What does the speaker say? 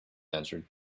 answered